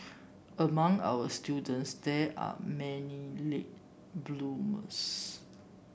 among our students there are many late bloomers